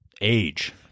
age